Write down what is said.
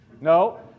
No